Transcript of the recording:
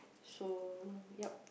so ya